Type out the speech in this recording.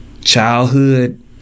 childhood